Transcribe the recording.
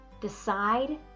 Decide